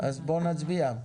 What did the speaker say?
בואו נצביע.